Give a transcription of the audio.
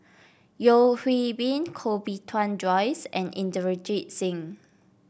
Yeo Hwee Bin Koh Bee Tuan Joyce and Inderjit Singh